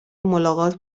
ملاقات